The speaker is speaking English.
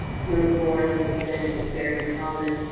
brute force has been very common,